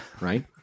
right